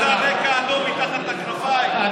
רקע אדום מתחת לכנפיים,